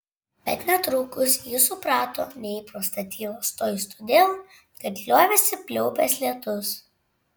bet netrukus ji suprato neįprastą tylą stojus todėl kad liovėsi pliaupęs lietus